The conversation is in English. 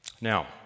Now